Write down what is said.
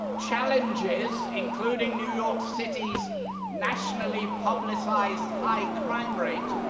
challenges, including new york city's nationally-publicized high-crime rate,